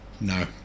No